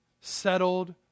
settled